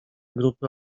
grupy